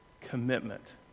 commitment